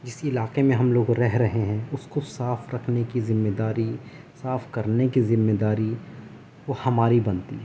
جس علاقے میں ہم لوگ رہ رہے ہیں اس کو صاف رکھنے کی ذمے داری صاف کرنے کی ذمے داری وہ ہماری بنتی ہے